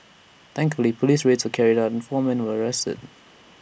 thankfully Police raids were carried out and four men were arrested